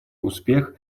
успех